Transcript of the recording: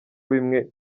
bimwe